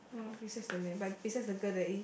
uh besides the man but besides the girl there is